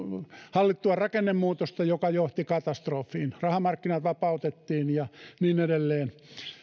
hallittua rakennemuutosta joka johti katastrofiin rahamarkkinat vapautettiin ja niin edelleen